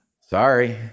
sorry